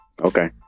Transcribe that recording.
Okay